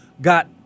got